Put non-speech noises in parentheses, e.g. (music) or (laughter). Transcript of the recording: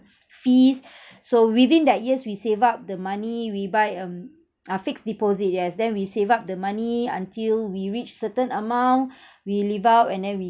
fees (breath) so within that years we save up the money we buy uh fixed deposit yes then we save up the money until we reached certain amount (breath) we leave out and then we